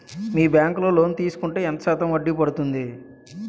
మీ bank లో loan తీసుకుంటే ఎంత శాతం వడ్డీ పడ్తుంది?